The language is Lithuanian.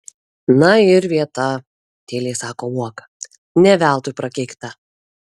na ir vieta tyliai sako uoka ne veltui prakeikta